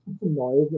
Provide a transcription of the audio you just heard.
noise